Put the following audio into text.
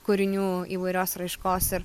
kūrinių įvairios raiškos ir